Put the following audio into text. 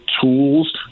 tools